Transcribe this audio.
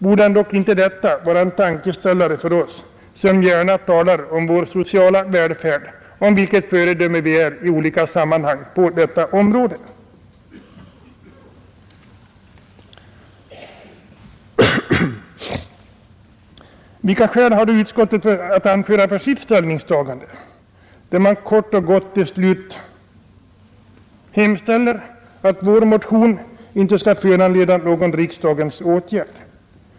Borde inte detta vara en tankeställare för oss, som så gärna talar om vår sociala välfärd, om vilket föredöme vi i olika sammanhang är på detta område? Vilka skäl har då utskottet att anföra för sitt ställningstagande? I slutklämmen föreslår man kort och gott att vår motion inte skall föranleda någon riksdagens åtgärd.